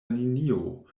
linio